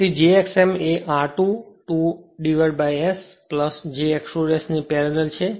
તેથી તે j x m એ r2 to S j x 2 ની પેરેલલ છે